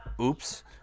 Oops